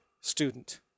student